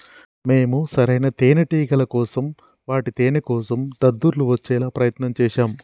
మేము సరైన తేనేటిగల కోసం వాటి తేనేకోసం దద్దుర్లు వచ్చేలా ప్రయత్నం చేశాం